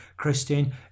christine